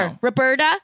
Roberta